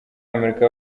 amerika